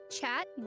chat